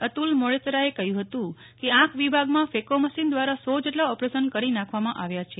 અતુલ મોડેસરાએ કહ્યું હતું કે આંખ વિભાગમાં ફેકો મશીન દ્વારા સો જેટલા ઓપરેશન કરી નાખવામાં આવ્યા છે